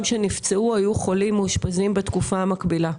שנפצעו או היו חולים מאושפזים בתקופה המקבילה?